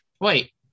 Wait